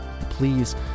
Please